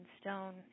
stone